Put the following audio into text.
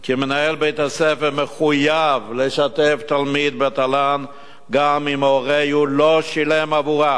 כי מנהל בית-הספר מחויב לשתף תלמיד בתל"ן גם אם הוריו לא שילמו עבורה,